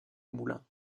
moulins